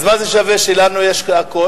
אז מה זה שווה שלנו יש הכול